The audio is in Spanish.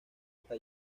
está